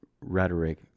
rhetoric